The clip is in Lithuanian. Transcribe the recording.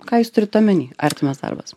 ką jūs turit omeny artimas darbas